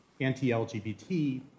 anti-LGBT